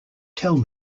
tell